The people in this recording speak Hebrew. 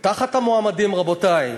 ותחת המועמדים, רבותי,